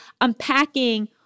unpacking